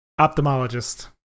Ophthalmologist